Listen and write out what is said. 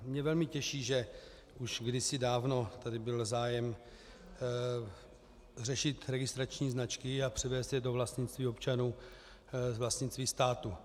Mě velmi těší, že už kdysi dávno tady byl zájem řešit registrační značky a převést je do vlastnictví občanů z vlastnictví státu.